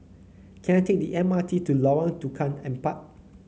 can I take the M R T to Lorong Tukang Empat